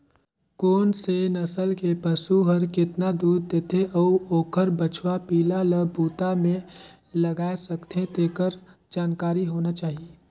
कोन से नसल के पसु हर केतना दूद देथे अउ ओखर बछवा पिला ल बूता में लगाय सकथें, तेखर जानकारी होना चाही